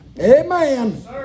Amen